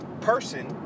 person